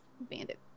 bandit